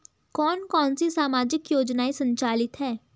कौन कौनसी सामाजिक योजनाएँ संचालित है?